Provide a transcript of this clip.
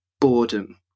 boredom